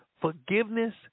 forgiveness